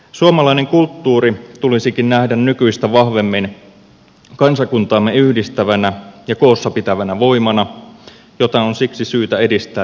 suomalainen kulttuuri tulisikin nähdä nykyistä vahvemmin kansakuntaamme yhdistävänä ja koossa pitävänä voimana jota on siksi syytä edistää ja vaalia